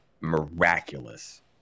miraculous